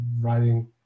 writing